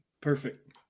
Perfect